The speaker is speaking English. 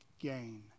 gain